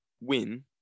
win